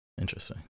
Interesting